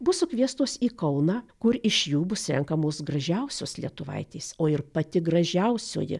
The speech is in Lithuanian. bus sukviestos į kauną kur iš jų bus renkamos gražiausios lietuvaitės o ir pati gražiausioji